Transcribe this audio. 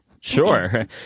sure